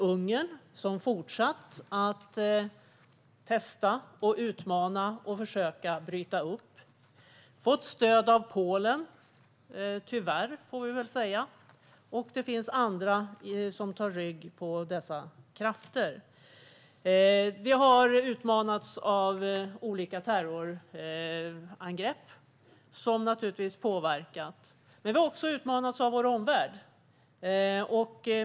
Ungern fortsatte att testa, utmana och försöka "bryta upp" och fick tyvärr stöd av Polen. Det finns också andra som tar rygg på dessa krafter. Vi har utmanats av olika terrorangrepp, som naturligtvis påverkat. Men vi har också utmanats av vår omvärld.